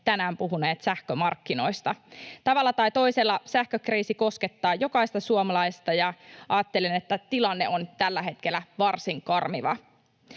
tänään puhuneet. Tavalla tai toisella sähkökriisi koskettaa jokaista suomalaista, ja ajattelen, että tilanne on tällä hetkellä varsin karmiva.